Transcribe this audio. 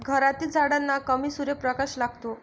घरातील झाडांना कमी सूर्यप्रकाश लागतो